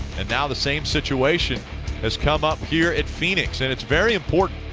and now the same situation has come up here at phoenix and it's very important.